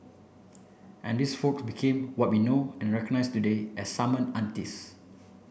and these folk became what we know and recognise today as summon aunties